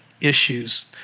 issues